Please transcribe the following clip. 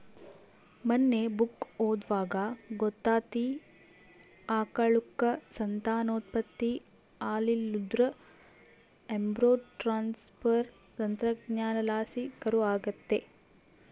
ಮನ್ನೆ ಬುಕ್ಕ ಓದ್ವಾಗ ಗೊತ್ತಾತಿ, ಆಕಳುಕ್ಕ ಸಂತಾನೋತ್ಪತ್ತಿ ಆಲಿಲ್ಲುದ್ರ ಎಂಬ್ರೋ ಟ್ರಾನ್ಸ್ಪರ್ ತಂತ್ರಜ್ಞಾನಲಾಸಿ ಕರು ಆಗತ್ತೆ